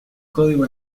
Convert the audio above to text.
código